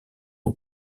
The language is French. aux